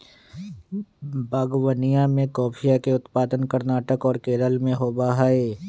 बागवनीया में कॉफीया के उत्पादन कर्नाटक और केरल में होबा हई